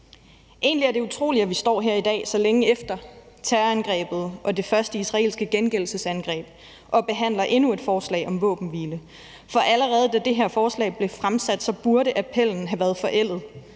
Egentlig er det utroligt, at vi står her i dag så længe efter terrorangrebet og det første israelske gengældelsesangreb og behandler endnu et forslag om våbenhvile, for allerede da det her forslag blev fremsat, burde appellen have været forældet.